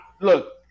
Look